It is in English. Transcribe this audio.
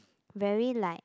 very like